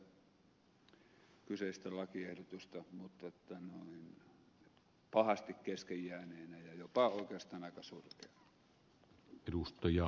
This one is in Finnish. pidän kyseistä lakiehdotusta hivenen oikean suuntaisena mutta pahasti kesken jääneenä ja jopa oikeastaan aika surkeana